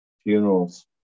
Funerals